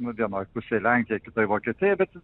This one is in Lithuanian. nu vienoj pusėj lenkija kitoj vokietija bet